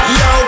yo